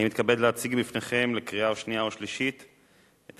אני מתכבד להציג בפניכם לקריאה שנייה ושלישית את